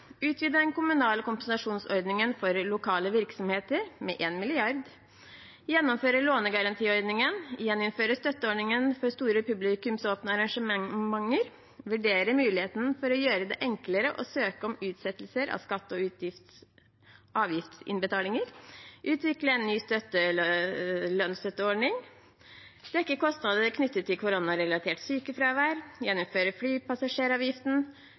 for lokale virksomheter med 1 mrd. kr gjennomføre lånegarantiordningen gjeninnføre støtteordningen for store publikumsåpne arrangementer vurdere muligheten for å gjøre det enklere å søke om utsettelse av skatte- og avgiftsinnbetalinger utvikle en ny lønnsstøtteordning dekke kostnadene knyttet til koronarelatert sykefravær gjeninnføre flypassasjeravgiften